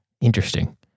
Interesting